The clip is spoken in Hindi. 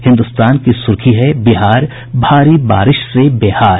हिन्दुस्तान की सुर्खी है बिहार भारी बारिश से बेहाल